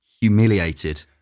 humiliated